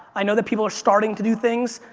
i know that people are starting to do things.